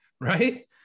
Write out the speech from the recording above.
Right